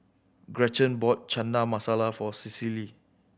Gretchen bought Chana Masala for Cecily